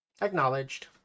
acknowledged